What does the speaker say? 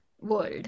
world